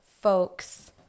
folks